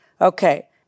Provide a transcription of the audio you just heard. Okay